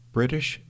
British